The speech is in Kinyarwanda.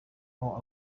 aho